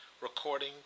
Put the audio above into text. Recording